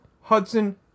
Hudson